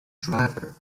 driver